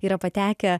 yra patekę